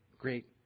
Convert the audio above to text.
great